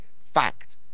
fact